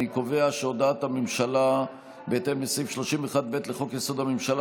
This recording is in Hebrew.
אני קובע שהודעת הממשלה בהתאם לסעיף 31(ב) לחוק-יסוד: הממשלה